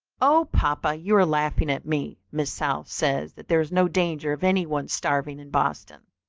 oh, papa, you are laughing at me miss south says that there is no danger of any one's starving in boston.